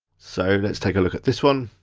so let's take a look at this one.